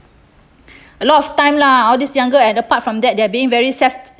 a lot of time lah all these younger and apart from that they are being very self